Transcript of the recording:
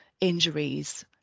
injuries